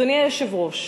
אדוני היושב-ראש,